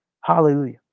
Hallelujah